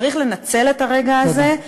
צריך לנצל את הרגע הזה,